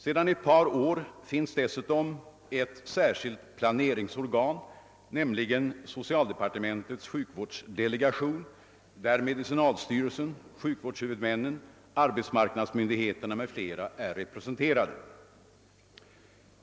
Sedan ett par år finns dessutom ett särskilt planeringsorgan, nämligen socialdepartementets sjukvårdsdelegation, där medicinalstyrelsen, sjukvårdens huvudmän, arbetsmarknadsmyndigheterna m.fl. är representerade.